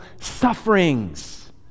sufferings